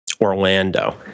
Orlando